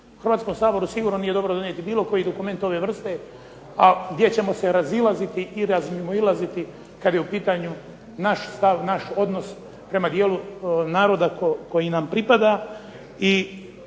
Hrvatskom saboru sigurno nije dobro donijeti bilo koji dokument ove vrste, a gdje ćemo se razilaziti i razmimoilaziti kad je u pitanju naš stav, naš odnos prema dijelu naroda koji nam pripada,